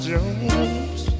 Jones